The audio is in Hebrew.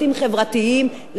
בפרויקט "אחריי!",